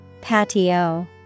Patio